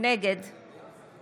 נגד